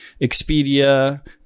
Expedia